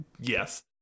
yes